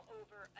over